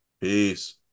Peace